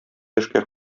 яшькә